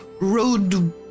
road